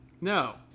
No